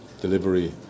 delivery